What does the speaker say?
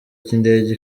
cy’indege